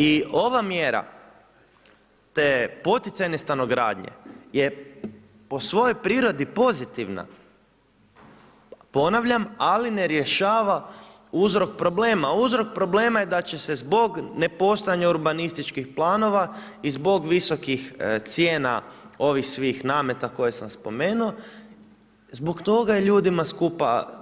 I ova mjera te poticajne stanogradnje je po svojoj prirodi pozitivna, ponavljam, ali ne rješava uzrok problema, uzrok problema je da će se zbog nepostojanja urbanističkih planova i zbog visokih cijena ovih svih nameta koje sam spomenuto, zbog toga su ljudima